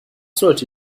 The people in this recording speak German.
sollte